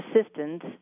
assistance